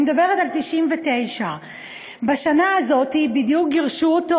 אני מדברת על 1999. בשנה הזאת בדיוק גירשו אותו